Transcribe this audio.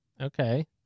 Okay